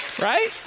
Right